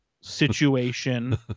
situation